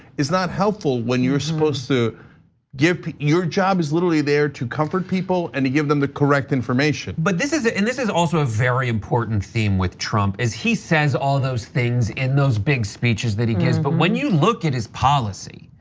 is not helpful when you're supposed to give your job is literally there to comfort people and to give them the correct information, but ah and this is also a very important theme with trump as he says all those things in those big speeches that he gives. but when you look at his policy,